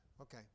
Okay